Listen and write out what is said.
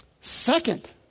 Second